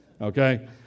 okay